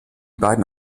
beiden